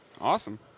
Awesome